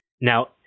Now